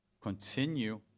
continue